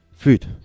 food